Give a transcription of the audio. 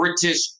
British